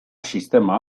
sistema